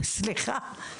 סליחה,